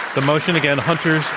the motion again, hunters